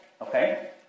Okay